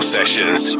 Sessions